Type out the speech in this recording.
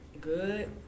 good